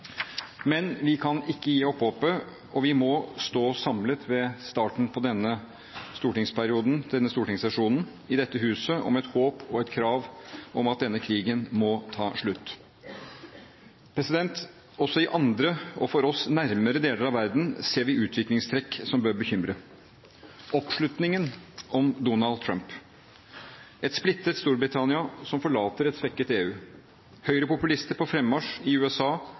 Men vi kan ikke gi opp håpet, og vi må stå samlet ved starten på denne stortingssesjonen, i dette huset, om et håp og et krav om at denne krigen må ta slutt. Også i andre og for oss nærmere deler av verden ser vi utviklingstrekk som bør bekymre: oppslutningen om Donald Trump, et splittet Storbritannia som forlater et svekket EU, høyrepopulister på frammarsj i USA,